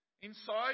Inside